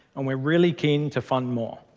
and we're really keen to fund more.